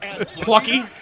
Plucky